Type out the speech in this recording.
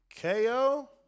KO